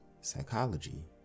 Psychology